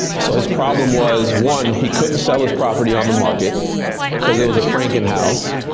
so his problem was one, he couldn't sell his property on the market because it was a franken house,